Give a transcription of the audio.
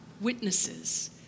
witnesses